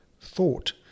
thought